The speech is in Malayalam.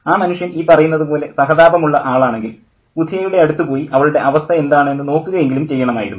ആ മനുഷ്യൻ ഈ പറയുന്നതു പോലെ സഹതാപമുള്ള ആളാണെങ്കിൽ ബുധിയയുടെ അടുത്തു പോയി അവളുടെ അവസ്ഥ എന്താണ് എന്ന് നോക്കുകയെങ്കിലും ചെയ്യണമായിരുന്നു